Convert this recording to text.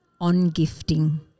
on-gifting